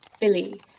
Billy